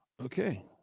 Okay